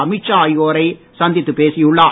அமித் ஷா ஆகியோரை சந்தித்துப் பேசியுள்ளார்